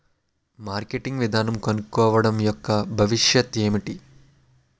Marketing విధానం కనుక్కోవడం యెక్క భవిష్యత్ ఏంటి?